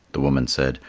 the woman said,